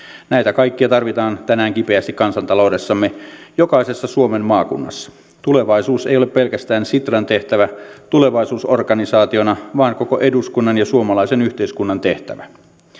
näitä kaikkia tarvitaan tänään kipeästi kansantaloudessamme jokaisessa suomen maakunnassa tulevaisuus ei ole pelkästään sitran tehtävä tulevaisuusorganisaationa vaan koko eduskunnan ja suomalaisen yhteiskunnan tehtävä